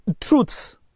truths